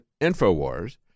InfoWars